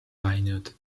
läinud